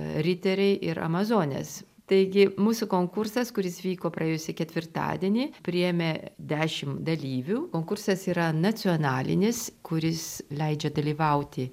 riteriai ir amazonės taigi mūsų konkursas kuris vyko praėjusį ketvirtadienį priėmė dešim dalyvių konkursas yra nacionalinis kuris leidžia dalyvauti